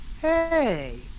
Hey